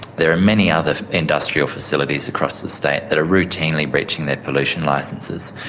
there are many other industrial facilities across the state that are routinely breaching their pollution licences.